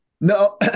No